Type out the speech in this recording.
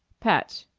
patch,